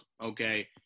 okay